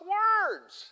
words